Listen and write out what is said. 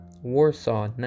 Warsaw